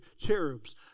cherubs